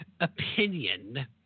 opinion